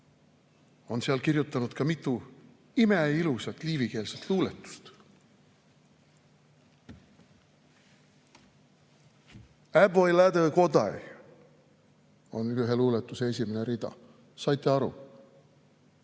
ta seal kirjutanud ka mitu imeilusat liivikeelset luuletust. Ä’b voi lǟ’dõ kuodāj– see on ühe luuletuse esimene rida. Saite aru?